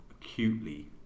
acutely